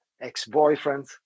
ex-boyfriend